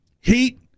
Heat